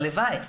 הלוואי.